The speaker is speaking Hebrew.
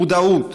מודעות,